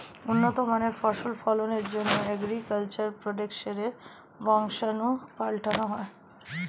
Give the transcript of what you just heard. উন্নত মানের ফসল ফলনের জন্যে অ্যাগ্রিকালচার প্রোডাক্টসের বংশাণু পাল্টানো হয়